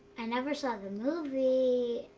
i never saw the movie.